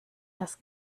das